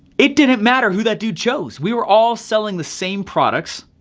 it didn't matter who that dude chose. we were all selling the same products.